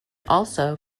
also